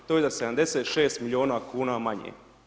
To je za 76 milijuna kuna manje.